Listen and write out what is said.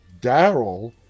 Daryl